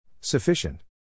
Sufficient